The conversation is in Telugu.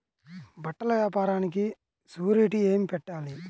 బట్టల వ్యాపారానికి షూరిటీ ఏమి పెట్టాలి?